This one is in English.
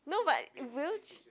no but wheech~